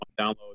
download